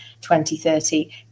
2030